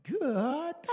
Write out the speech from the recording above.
Good